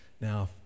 Now